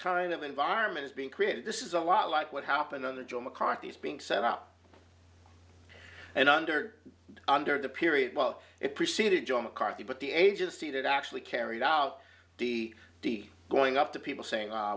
kind of environment is being created this is a lot like what happened on the joe mccarthy is being set up and under under the period well it preceded joe mccarthy but the agency that actually carried out de de going up to people saying